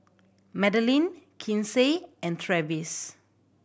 Madelynn Kinsey and Travis